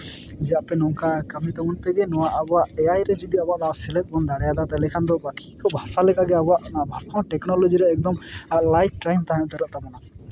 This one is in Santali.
ᱡᱮ ᱟᱯᱮ ᱱᱚᱝᱠᱟ ᱠᱟᱹᱢᱤ ᱛᱟᱵᱚᱱ ᱯᱮ ᱱᱚᱣᱟ ᱟᱵᱚᱣᱟᱜ ᱮᱭᱟᱭ ᱨᱮ ᱡᱩᱫᱤ ᱟᱵᱚᱣᱟᱜ ᱱᱚᱣᱟ ᱥᱮᱞᱮᱫ ᱵᱚᱱ ᱫᱟᱲᱮᱭᱟᱫᱟ ᱛᱟᱦᱚᱞᱮ ᱠᱷᱟᱱ ᱫᱚ ᱵᱟᱹᱠᱤ ᱠᱚ ᱵᱷᱟᱥᱟ ᱞᱮᱠᱟᱜᱮ ᱟᱵᱚᱣᱟᱜ ᱱᱚᱣᱟ ᱵᱷᱟᱥᱟ ᱦᱚᱸ ᱴᱮᱠᱱᱳᱞᱚᱡᱤ ᱨᱮ ᱮᱠᱫᱚᱢ ᱴᱟᱭᱤᱯᱷ ᱴᱟᱭᱤᱢ ᱛᱟᱦᱮᱸ ᱩᱛᱟᱹᱨᱚᱜ ᱛᱟᱵᱳᱱᱟ